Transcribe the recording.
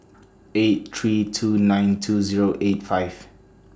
eight three two nine two Zero eight five